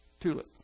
tulip